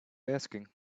asking